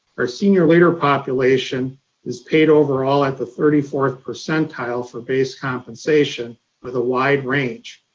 our senior leader population is paid overall at the thirty fourth percentile for base compensation with a wide range.